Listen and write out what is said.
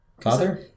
Father